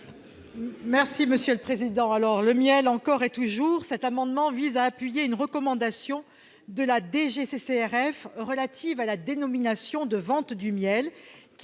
Mme Dominique Estrosi Sassone. Le miel, encore et toujours ! Cet amendement vise à appuyer une recommandation de la DGCCRF relative à la dénomination de vente du miel qui